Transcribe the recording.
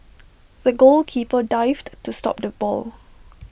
the goalkeeper dived to stop the ball